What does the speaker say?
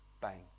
Bang